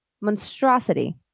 monstrosity